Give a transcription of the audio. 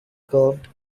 curved